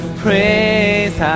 praise